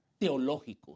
teológicos